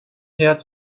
head